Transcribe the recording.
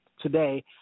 today